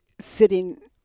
sitting